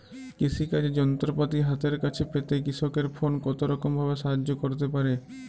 কৃষিকাজের যন্ত্রপাতি হাতের কাছে পেতে কৃষকের ফোন কত রকম ভাবে সাহায্য করতে পারে?